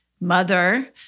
mother